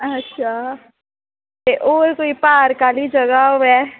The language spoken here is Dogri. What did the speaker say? अच्छा ते होर कोई पार्क आहली जगह होवै